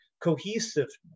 cohesiveness